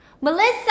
Melissa